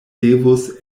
devus